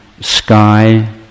sky